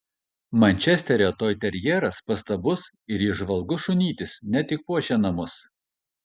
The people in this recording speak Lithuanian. mančesterio toiterjeras pastabus ir įžvalgus šunytis ne tik puošia namus